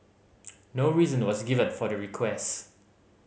no reason was given for the request